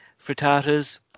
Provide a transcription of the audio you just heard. frittatas